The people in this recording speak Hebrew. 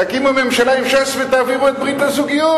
תקימו ממשלה עם ש"ס ותעבירו את ברית הזוגיות,